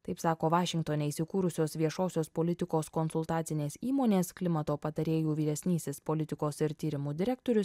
taip sako vašingtone įsikūrusios viešosios politikos konsultacinės įmonės klimato patarėjų vyresnysis politikos ir tyrimų direktorius